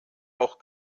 auch